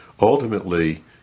Ultimately